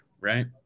right